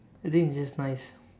I think it's just nice